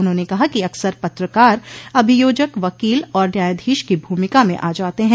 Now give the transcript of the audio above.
उन्होंने कहा कि अक्सर पत्रकार अभियोजक वकील और न्यायाधीश की भूमिका में आ जाते हैं